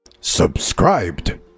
Subscribed